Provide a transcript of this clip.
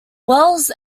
wells